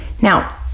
Now